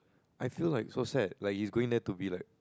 I feel like so sad like he's going there to be like